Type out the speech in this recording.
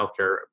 healthcare